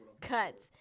cuts